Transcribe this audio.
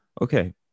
Okay